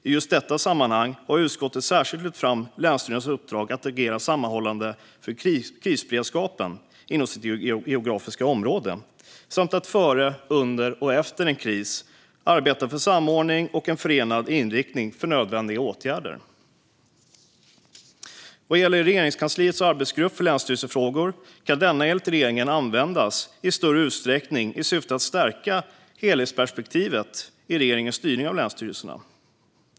I just detta sammanhang har utskottet särskilt lyft fram länsstyrelsernas uppdrag att agera sammanhållande för krisberedskapen inom sitt geografiska område samt att före, under och efter en kris arbeta för samordning och en förenad inriktning på nödvändiga åtgärder. Vad gäller Regeringskansliets arbetsgrupp för länsstyrelsefrågor kan denna enligt regeringen användas i en större utsträckning i syfte att stärka helhetsperspektivet i regeringens styrning av länsstyrelserna.